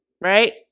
right